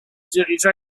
dirigea